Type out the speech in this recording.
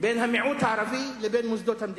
בין המיעוט הערבי לבין מוסדות המדינה.